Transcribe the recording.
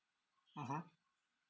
mmhmm